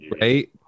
right